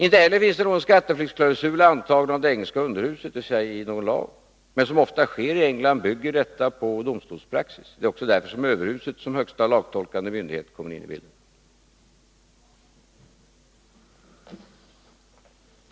Inte heller finns det någon skatteklausul antagen av det engelska underhuset, dvs. i någon lag. Men som ofta sker i England bygger detta på domstolspraxis. Det är också därför som överhuset som högsta lagtolkande myndighet kommer in i bilden.